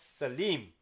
Salim